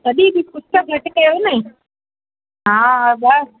तॾहिं बि कुझु त घटि कयो न हा हा ॿसि